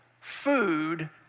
food